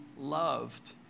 loved